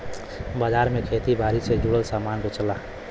बाजार में खेती बारी से जुड़ल सामान बेचला